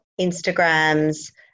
Instagrams